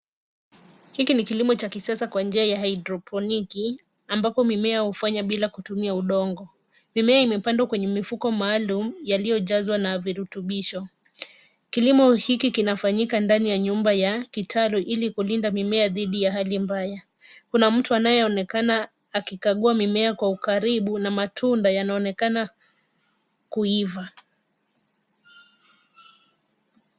Hiki ni kilimo cha kisasa kwa njia ya hydroponiki , ambapo mimea hufanya bila kutumia udongo. Mimea imepandwa kwenye mifuko maalum yaliyojazwa na virutubisho. Kilimo hiki kinafanyika ndani ya nyumba ya kitalu ilikulinda mimea dhidi ya hali mbaya. Kuna mtu anayeonekana akikagua mimea kwa ukaribu na matunda yanaonekana kuiva.